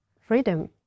freedom